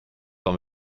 par